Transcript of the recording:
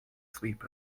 sleep